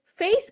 Facebook